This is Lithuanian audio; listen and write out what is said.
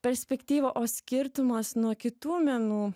perspektyva o skirtumas nuo kitų menų